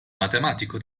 matematico